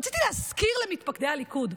רציתי להזכיר למתפקדי הליכוד: